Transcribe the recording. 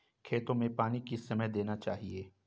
खेतों में पानी किस समय देना चाहिए?